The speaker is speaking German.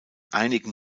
einigen